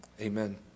Amen